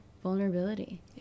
vulnerability